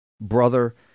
brother